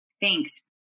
Thanks